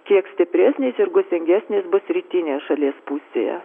kiek stipresnis ir gūsingesnis bus rytinėje šalies pusėje